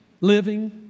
living